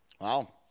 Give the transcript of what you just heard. wow